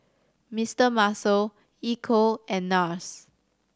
Mister Muscle Ecco and Nars